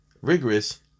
rigorous